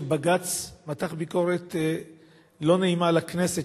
שבג"ץ מתח ביקורת לא נעימה על הכנסת,